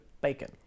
bacon